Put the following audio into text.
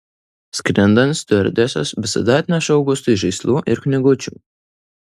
skrendant stiuardesės visada atneša augustui žaislų ir knygučių